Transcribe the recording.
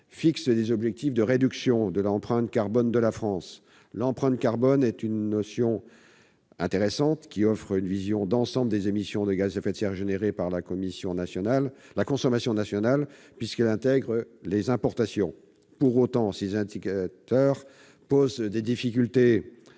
fixer des objectifs de réduction de l'« empreinte carbone de la France ». L'empreinte carbone est une notion intéressante, qui offre une vision d'ensemble des émissions de gaz à effet de serre générées par la consommation nationale, puisqu'elle intègre les importations. Pour autant, cet indicateur pose des difficultés